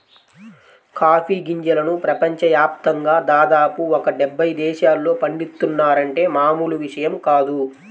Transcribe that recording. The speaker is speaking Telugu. కాఫీ గింజలను ప్రపంచ యాప్తంగా దాదాపు ఒక డెబ్బై దేశాల్లో పండిత్తున్నారంటే మామూలు విషయం కాదు